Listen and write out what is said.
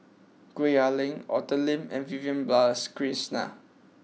Gwee Ah Leng Arthur Lim and Vivian Balakrishnan